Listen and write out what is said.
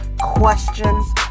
questions